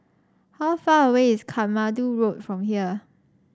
how far away is Katmandu Road from here